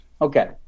Okay